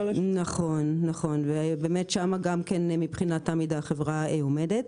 ושם החברה עומדת.